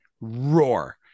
roar